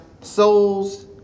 Souls